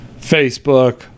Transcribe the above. Facebook